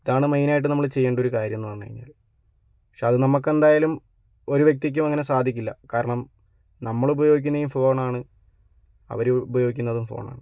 ഇതാണ് മെയിനായിട്ട് നമ്മള് ചെയ്യേണ്ടൊരു കാര്യം എന്ന് പറഞ്ഞു കഴിഞ്ഞാല് പക്ഷെ അത് നമുക്കെന്തായാലും ഒരു വ്യക്തിക്കും അങ്ങനെ സാധിക്കില്ല കാരണം നമ്മൾ ഉപയോഗിക്കുന്ന ഈ ഫോണാണ് അവര് ഉപയോഗിക്കുന്നതും ഫോണാണ്